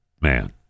man